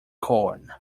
corn